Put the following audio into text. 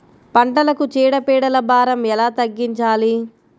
పంటలకు చీడ పీడల భారం ఎలా తగ్గించాలి?